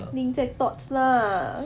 link 在 thoughts lah